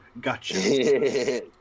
gotcha